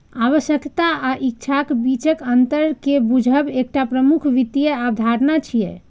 आवश्यकता आ इच्छाक बीचक अंतर कें बूझब एकटा प्रमुख वित्तीय अवधारणा छियै